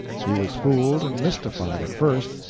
he was fooled and mystified at first,